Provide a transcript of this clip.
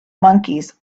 monkeys